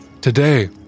Today